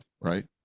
right